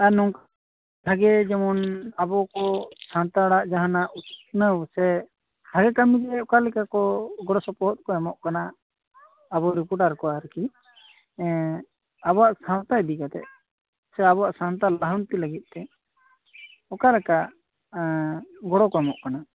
ᱟᱨ ᱱᱚᱝᱠᱟ ᱵᱷᱟᱜᱮ ᱡᱮᱢᱚᱱ ᱟᱵᱚᱠᱚ ᱥᱟᱱᱛᱟᱲᱟᱜ ᱡᱟᱦᱟᱱᱟᱜ ᱩᱛᱱᱟ ᱣ ᱥᱮ ᱦᱟᱞᱠᱟ ᱢᱤᱫᱴᱮᱱ ᱚᱠᱟᱞᱮᱠᱟ ᱠᱚ ᱜᱚᱲᱚ ᱥᱚᱯᱚᱦᱚᱫ ᱠᱚ ᱮᱢᱚᱜ ᱠᱟᱱᱟ ᱟᱵᱚ ᱨᱤᱯᱚᱴᱟᱨ ᱠᱚ ᱟᱨᱠᱤ ᱮᱸ ᱟᱵᱚᱣᱟᱜ ᱥᱟᱶᱛᱟ ᱤᱫᱤ ᱠᱟᱛᱮᱫ ᱥᱮ ᱟᱵᱚᱣᱟᱜ ᱥᱟᱱᱛᱟᱞ ᱞᱟᱦᱟᱱᱛᱮ ᱞᱟ ᱜᱤᱫ ᱛᱮ ᱚᱠᱟᱞᱮᱠᱟ ᱮᱸ ᱜᱚᱲᱚ ᱠᱚ ᱮᱢᱚᱜ ᱠᱟᱱᱟ